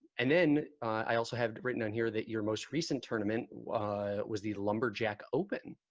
and then, i also have written down here that your most recent tournament was the lumberjack open.